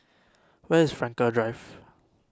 where is Frankel Drive